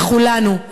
וכולנו,